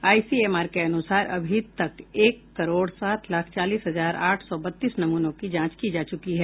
ICMR के अनुसार अभी तक एक करोड़ सात लाख चालीस हजार आठ सौ बत्तीस नमूनों की जांच की जा चुकी है